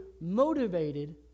motivated